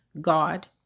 god